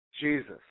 Jesus